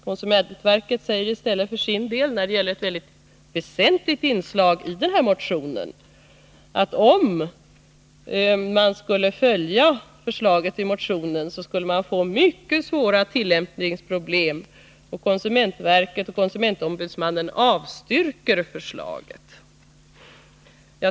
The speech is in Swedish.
Konsumentverket säger i stället för sin del när det gäller ett mycket väsentligt inslag i denna motion att det, om motionens förslag skulle följas, skulle uppstå mycket svåra tillämpningsproblem och att konsumentverket och konsumentombudsmannen avstyrker förslaget.